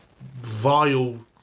vile